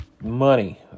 money